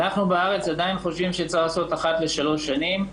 אנחנו בארץ עדיין חושבים שצריך לעשות אחת לשלוש שנים.